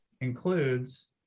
includes